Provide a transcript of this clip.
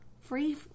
Free